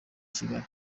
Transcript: kigali